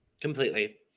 Completely